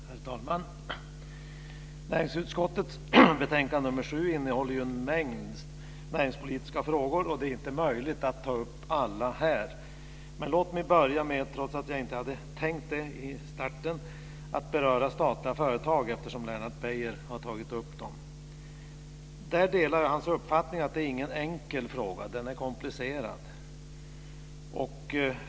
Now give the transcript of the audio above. Herr talman! Näringsutskottets betänkande nr 7 innehåller en mängd näringspolitiska frågor. Det är inte möjligt att ta upp alla här. Låt mig börja med, trots att jag inte hade tänkt det, att beröra statliga företag eftersom Lennart Beijer har tagit upp det. Jag delar hans uppfattning att det inte är någon enkel fråga. Den är komplicerad.